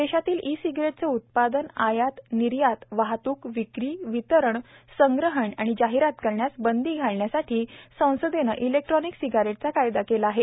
देशातील ई सिगारेटचे उत्पादन आयात निर्यात वाहतूक विक्री वितरण संग्रहण आणि जाहिरात करण्यास बंदी घालण्यासाठी संसदेने इलेक्ट्रॉनिक सिगरेटचा कायदा केला आहे